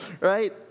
Right